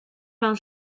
mewn